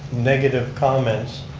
negative comments,